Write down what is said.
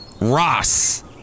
Ross